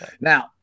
Now